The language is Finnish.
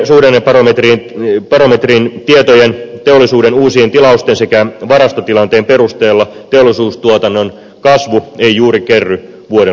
tuoreimpien suhdannebarometrin tietojen teollisuuden uusien tilausten sekä varastotilanteen perusteella teollisuustuotannon kasvu ei juuri kerry vuoden loppupuolella